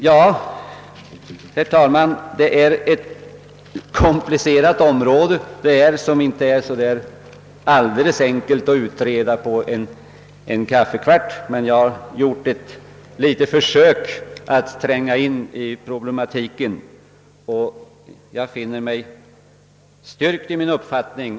Herr talman! Detta är en komplicerad fråga, som det inte är alldeles enkelt att utreda på en kaffekvart. Jag har dock gjort ett litet försök att tränga in i problematiken och finner mig därvid styrkt i min uppfattning.